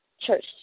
church